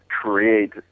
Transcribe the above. create